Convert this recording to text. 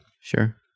Sure